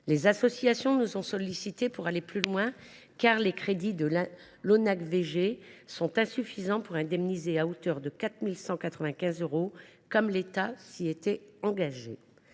Les associations nous ont sollicités pour aller plus loin, car les crédits de l’ONACVG sont insuffisants pour indemniser les personnes concernées à hauteur de 4 195 euros, comme l’État s’y était engagé.